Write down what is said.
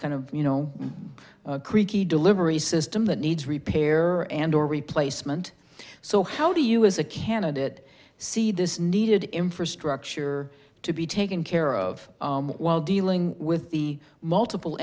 kind of you know creaky delivery system that needs repair and or replacement so how do you as a candidate see this needed infrastructure to be taken care of while dealing with the multiple